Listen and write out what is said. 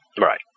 Right